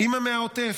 אימא מהעוטף,